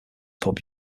pub